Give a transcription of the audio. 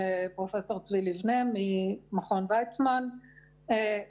פרופ' צבי ליבנה ממכון ויצמן,